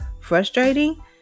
frustrating